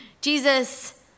Jesus